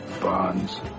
bonds